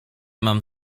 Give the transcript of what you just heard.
mam